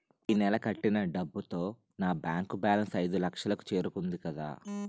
ఈ నెల కట్టిన డబ్బుతో నా బ్యాంకు బేలన్స్ ఐదులక్షలు కు చేరుకుంది కదా